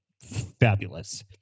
Fabulous